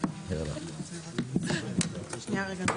כן,